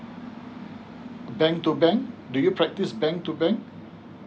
bank to bank do you practice bank to bank